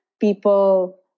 people